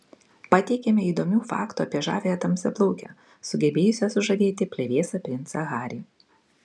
pateikiame įdomių faktų apie žaviąją tamsiaplaukę sugebėjusią sužavėti plevėsą princą harry